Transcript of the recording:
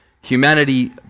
humanity